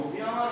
מי אמר,